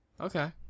Okay